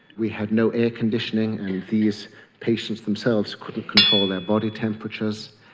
we had no air conditioning and these patients themselves couldn't control their body temperatures.